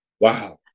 Wow